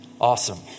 awesome